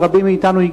לרבים מאתנו,